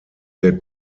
der